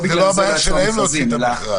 אבל זאת לא הבעיה שלהם להוציא את המכרז.